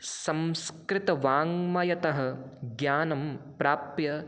संस्कृतवाङ्मयतः ज्ञानं प्राप्य